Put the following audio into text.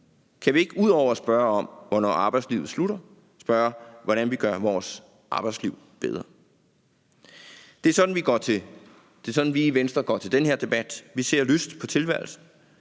Kan vi ikke ud over at spørge om, hvornår arbejdslivet slutter, spørge, hvordan vi gør vores arbejdsliv bedre? Det er sådan, vi i Venstre går til denne her debat. Vi ser lyst på tilværelsen.